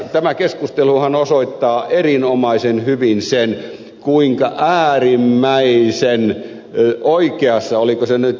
tämä keskusteluhan osoittaa erinomaisen hyvin sen kuinka äärimmäisen oikeassa oli se oliko se nyt ed